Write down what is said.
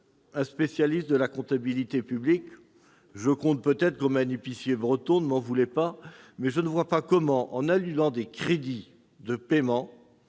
un spécialiste de la comptabilité publique. Moi non plus ! Je compte peut-être comme un épicier breton, ne m'en voulez pas ! Mais je ne vois pas comment, en annulant des crédits de paiement,